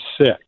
sick